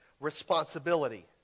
responsibility